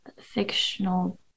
fictional